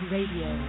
Radio